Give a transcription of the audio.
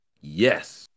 Yes